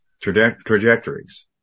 trajectories